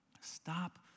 Stop